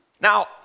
Now